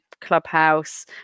clubhouse